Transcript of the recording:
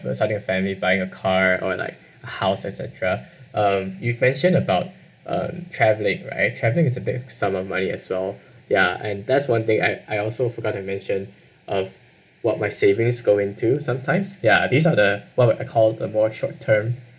you know something like family buying a car or like a house etcetera um you mentioned about um travelling right traveling is a big sum of money as well ya and that's one thing I I also forgot to mention of what my savings go into sometimes ya these are the well what I called the more short term